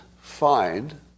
find